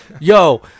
yo